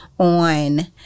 on